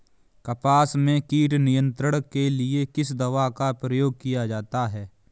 कपास में कीट नियंत्रण के लिए किस दवा का प्रयोग किया जाता है?